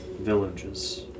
Villages